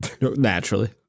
Naturally